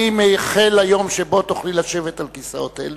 אני מייחל ליום שבו תוכלי לשבת על כיסאות אלה,